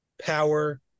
power